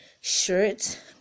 shirt